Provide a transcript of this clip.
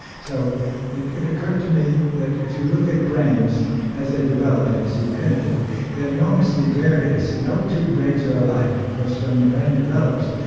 so it it occurred to me that if you look at brains as they develop and as you've hinted they're enormously various. no two brains are alike because when the brain develops,